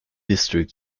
district